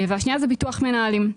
והשנייה זה ביטוח מנהלים.